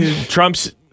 Trump's